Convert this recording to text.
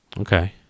okay